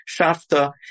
shafta